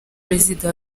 perezida